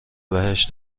بهش